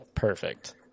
Perfect